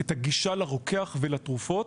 את הגישה לרוקח ולתרופות,